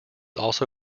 also